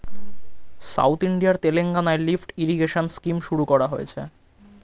south ইন্ডিয়ার তেলেঙ্গানায় lift irrigation scheme শুরু করা হয়েছে